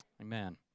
Amen